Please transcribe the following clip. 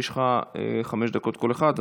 ויש לך חמש דקות לכל אחת.